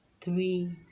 Three